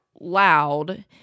loud